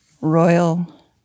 royal